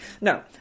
No